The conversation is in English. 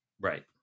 right